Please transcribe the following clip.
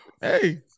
hey